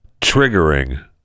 triggering